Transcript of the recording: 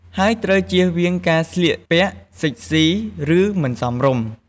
ហើយត្រូវជៀសវាងការស្លៀកពាក់សិចស៊ី ឬមិនសមរម្យ។